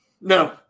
No